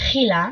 תחילה,